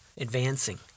advancing